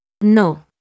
No